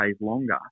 longer